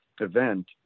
event